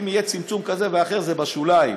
אם יהיה צמצום כזה ואחר, זה בשוליים.